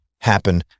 Happen